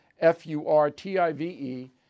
F-U-R-T-I-V-E